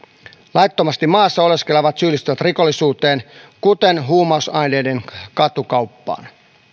laittomasti maassa oleskelevat syyllistyvät rikollisuuteen kuten huumausaineiden katukauppaan